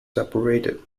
separated